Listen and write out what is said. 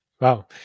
Wow